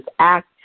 act